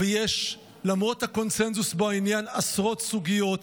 ויש עשרות סוגיות,